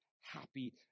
happy